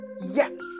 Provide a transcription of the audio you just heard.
Yes